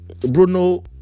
Bruno